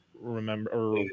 remember